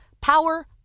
Power